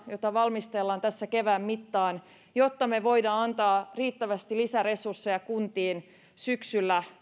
jota valmistellaan tässä kevään mittaan jotta me voimme antaa riittävästi lisäresursseja kunnille syksyllä